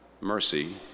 Mercy